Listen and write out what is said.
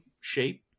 shape